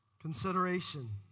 Consideration